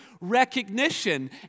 recognition